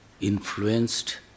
influenced